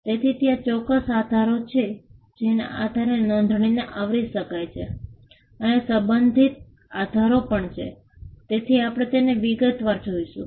તેથી ત્યાં ચોક્કસ આધારો છે જેના આધારે નોંધણીને નકારી શકાય છે અને સંબંધિત આધારો પણ છે તેથી આપણે તેમને વિગતવાર જોશું